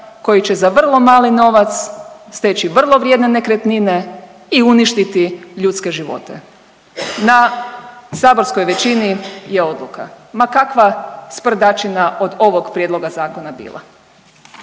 koji će za vrlo mali novac steći vrlo vrijedne nekretnine i uništiti ljudske živote, na saborskoj većini je odluka ma kakva sprdačina od ovog prijedloga zakona bila.